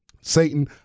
Satan